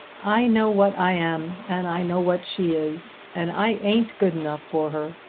i know what i am and i know what she is, and i ain't good enough for her.